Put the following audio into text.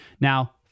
Now